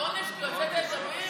זה עונש כי הוצאת את אביר?